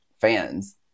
fans